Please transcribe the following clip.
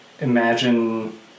imagine